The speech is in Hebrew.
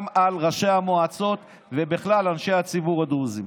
על ראשי המועצות ואנשי הציבור הדרוזים.